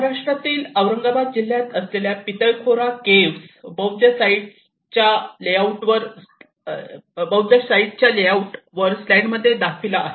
महाराष्ट्रातील औरंगाबाद जिल्ह्यात असलेल्या पितळखोरा केव्ह बौद्ध साईटचा लेआउट वर स्लाईड मध्ये दाखविला आहे